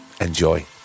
Enjoy